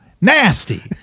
nasty